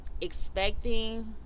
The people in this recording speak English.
expecting